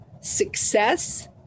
success